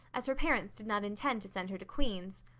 as her parents did not intend to send her to queen's.